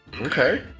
Okay